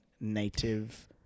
native